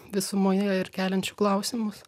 visumoje ir keliančiu klausimus